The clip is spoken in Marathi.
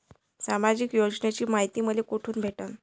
सामाजिक योजनेची मायती मले कोठून भेटनं?